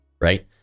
right